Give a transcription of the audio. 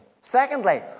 Secondly